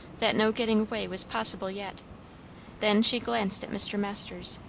that no getting away was possible yet then she glanced at mr. masters.